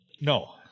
No